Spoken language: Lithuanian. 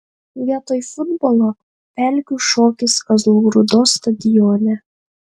vietoj futbolo pelkių šokis kazlų rūdos stadione